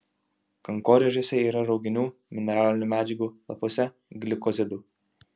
kankorėžiuose yra rauginių mineralinių medžiagų lapuose glikozidų